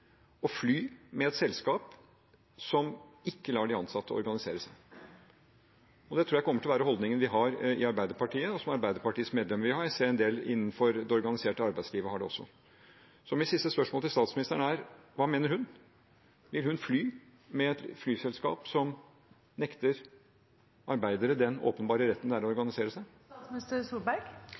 å fly med et selskap som ikke lar de ansatte organisere seg. Det tror jeg kommer til å være holdningen vi har i Arbeiderpartiet, hos Arbeiderpartiets medlemmer, og jeg ser at en del innenfor det organiserte arbeidslivet har den holdningen også. Så mitt siste spørsmål til statsministeren er: Hva mener hun – vil hun fly med et flyselskap som nekter arbeiderne den åpenbare retten det er å organisere